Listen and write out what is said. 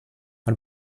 man